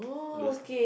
lose